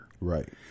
right